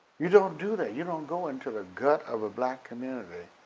you don't do that, you don't go into the gut of a black community,